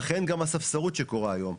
ולכן גם הספסרות שקורית היום,